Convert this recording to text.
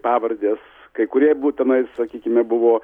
pavardės kai kurie būtinai sakykime buvo